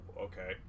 okay